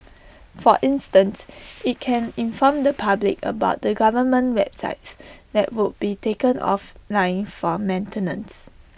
for instance IT can inform the public about the government websites that would be taken offline for maintenance